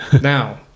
Now